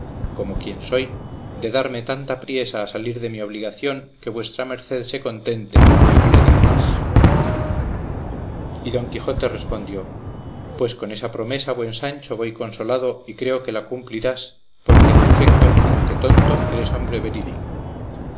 como quien soy de darme tanta priesa a salir de mi obligación que vuestra merced se contente y no le digo más y don quijote respondió pues con esa promesa buen sancho voy consolado y creo que la cumplirás porque en efecto aunque tonto eres hombre verídico